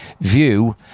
view